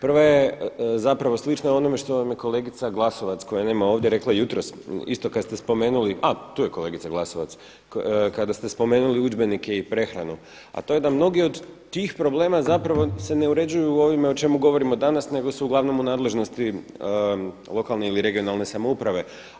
Prva je zapravo slična onome što vam je kolegica Glasovac koje nema ovdje, rekla jutros isto kada ste spomenuli - a tu je kolegica Glasovac - kada ste spomenuli udžbenike i prehranu, a to je da mnogi od tih problema zapravo se ne uređuju ovime o čemu govorimo danas, nego su uglavnom u nadležnosti lokalne ili regionalne samouprave.